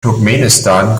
turkmenistan